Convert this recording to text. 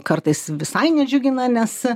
kartais visai nedžiugina nes